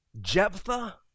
Jephthah